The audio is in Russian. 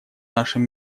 нашем